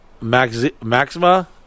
Maxima